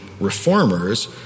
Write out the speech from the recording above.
reformers